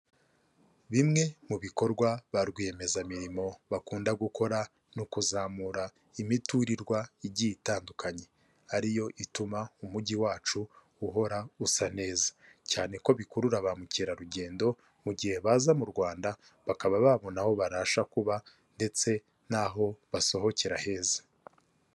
Bimwe mu bikorwa ba rwiyemezamirimo bakunda gukora ni ukuzamura imiturirwa igiye itandukanye, ari yo ituma umujyi wacu uhora usa neza, cyane ko bikurura ba mukerarugendo mu gihe baza mu Rwanda bakaba babona aho barasha kuba ndetse n'aho basohokera heza.